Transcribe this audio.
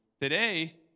today